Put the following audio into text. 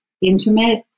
intimate